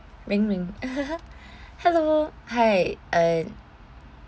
bringing hello !hey! and